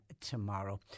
tomorrow